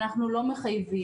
אנחנו לא מחייבים.